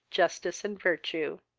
justice, and virtue.